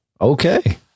Okay